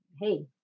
hey